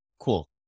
cool